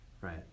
right